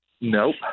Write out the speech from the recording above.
Nope